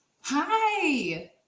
Hi